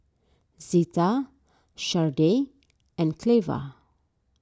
Zita Shardae and Cleva